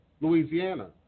Louisiana